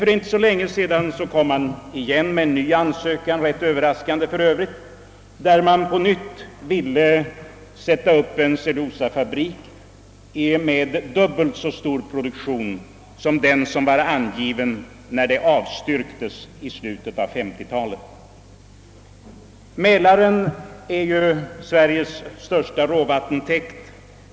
För inte så länge sedan kom man igen med en ny ansökan, ganska överraskande för övrigt, och ville sätta upp en cellulosafabrik med dubbelt så stor kapacitet som det var fråga om när ärendet avstyrktes i slutet av 1950-talet. Mälaren är Sveriges största råvattentäkt.